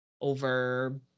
over